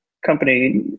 company